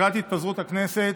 לקראת התפזרות הכנסת,